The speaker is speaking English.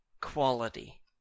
quality